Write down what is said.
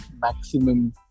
maximum